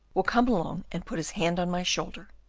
will come along and put his hand on my shoulder.